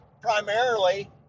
primarily